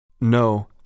No